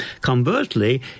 Conversely